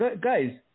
guys